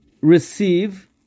receive